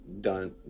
Done